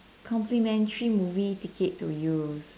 complimentary movie ticket to use